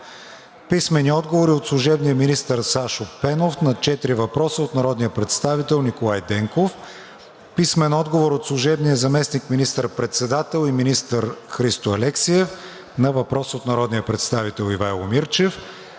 Костадинов; - служебния министър Сашо Пенов – на четири въпроса от народния представител Николай Денков; - служебния заместник министър-председател и министър Христо Алексиев на въпрос от народния представител Ивайло Мирчев;